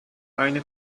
eine